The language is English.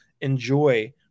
enjoy